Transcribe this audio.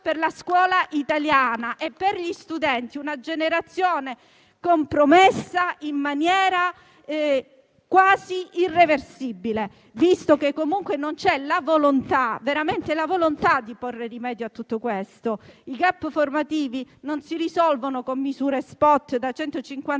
per la scuola italiana e per gli studenti; una generazione compromessa in maniera quasi irreversibile, visto che, comunque, non c'è la volontà di porre rimedio a tutto questo. I *gap* formativi non si risolvono con misure *spot* da 150